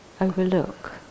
overlook